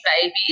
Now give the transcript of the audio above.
babies